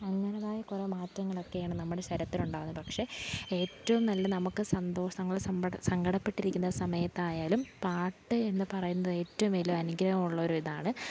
അങ്ങനത്തേതായ കുറേ മാറ്റങ്ങളൊക്കെയാണ് നമ്മുടെ ശരീരത്തിനുണ്ടാകുന്നത് പക്ഷെ ഏറ്റവും നല്ല നമുക്ക് സന്തോഷങ്ങൾ സമ്പട സങ്കടപ്പെട്ടിരിക്കുന്ന സമയത്തായാലും പാട്ട് എന്നു പറയുന്നത് ഏറ്റവും വലിയ അനുഗ്രഹമുള്ള ഒരിതാണ്